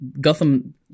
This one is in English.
Gotham